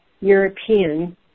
European